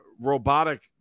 robotic